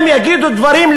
הם יגידו דברים,